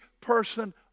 person